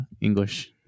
English